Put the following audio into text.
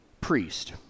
priest